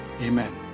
amen